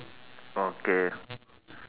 okay